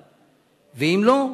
3. אם לא,